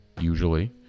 usually